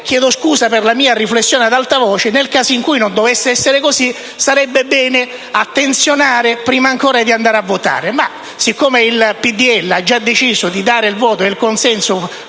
chiedo scusa per la mia riflessione ad alta voce; nel caso in cui non dovesse essere così, sarebbe bene attenzionare prima ancora di andare a votare. Siccome il Gruppo del PdL ha già deciso di esprimere voto favorevole